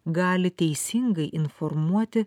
gali teisingai informuoti